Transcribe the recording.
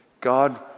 God